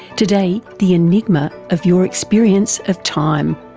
today the enigma of your experience of time.